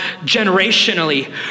generationally